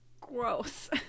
gross